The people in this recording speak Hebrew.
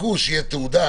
חיכו שתהיה תעודה,